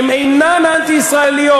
הן אינן אנטי-ישראליות,